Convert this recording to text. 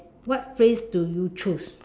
what phrase do you choose